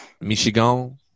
Michigan